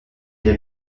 elle